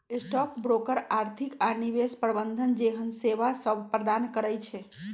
stock broker आर्थिक आऽ निवेश प्रबंधन जेहन सेवासभ प्रदान करई छै